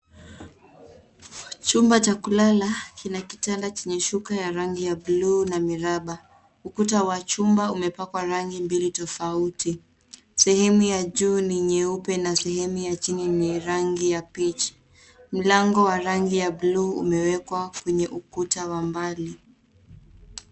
Chumba cha kulala kina kitanda chenye shuka ya rangi ya buluu na miraba. Ukuta wa chumba umepakwa rangi mbili tofauti. Sehemu ya juu ni nyeupe na sehemu ya chini ni rangi ya peach . Mlango wa rangi ya buluu umewekwa kwenye ukuta wa mbali.